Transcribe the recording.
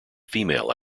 female